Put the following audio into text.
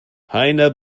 heiner